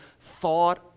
thought